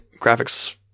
graphics